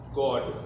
god